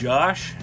Josh